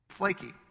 Flaky